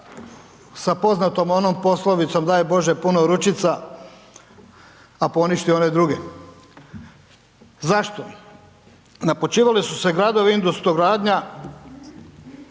sa poznatom onom poslovicom „daj bože puno ručica a poništi one druge“. Zašto? Napučivali su se gradovi, industro-gradnja,